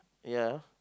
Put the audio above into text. ya